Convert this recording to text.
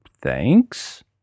thanks